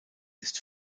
ist